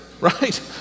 right